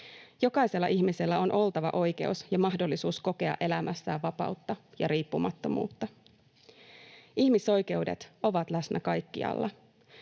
Jokaisella ihmisellä on oltava oikeus ja mahdollisuus kokea elämässään vapautta ja riippumattomuutta. Ihmisoikeudet ovat läsnä kaikkialla.